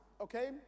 okay